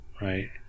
right